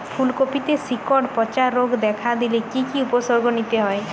ফুলকপিতে শিকড় পচা রোগ দেখা দিলে কি কি উপসর্গ নিতে হয়?